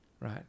right